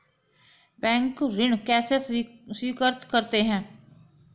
Bank ऋण कैसे स्वीकृत करते हैं?